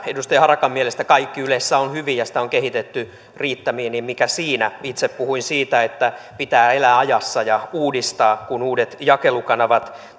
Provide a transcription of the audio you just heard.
edustaja harakan mielestä kaikki ylessä on hyvin ja sitä on kehitetty riittämiin niin mikäs siinä itse puhuin siitä että pitää elää ajassa ja uudistaa kun uudet jakelukanavat